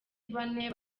bane